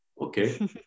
okay